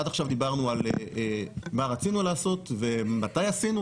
עד עכשיו דיברנו על מה רצינו לעשות ומתי עשינו,